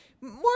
more